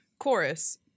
Chorus